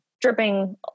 dripping